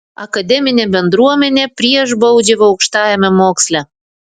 akademinė bendruomenė prieš baudžiavą aukštajame moksle